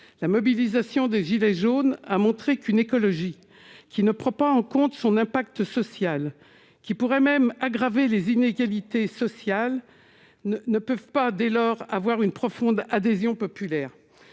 la mobilisation des idées jaune a montré qu'une écologie qui ne prend pas en compte son impact social qui pourrait même aggraver les inégalités sociales ne peuvent pas dès lors avoir une profonde adhésion populaire,